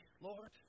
Lord